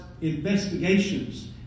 investigations